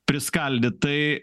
priskaldyt tai